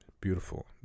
beautiful